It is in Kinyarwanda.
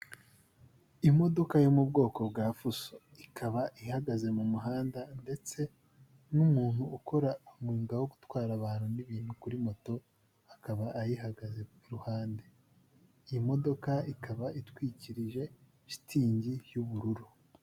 Imodoka yo mu bwoko bwa fuso, ikaba ihagaze mu muhanda. Ndetse n'umuntu ukora umwuga wo gutwara abantu n'ibintu kuri moto akaba ayihagaze iruhande. Imodoka ikaba itwikirije shitingi y'ubururu.